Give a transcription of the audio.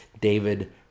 David